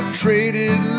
traded